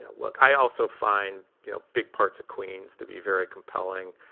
and look, i also find you know big parts of queens to be very compelling.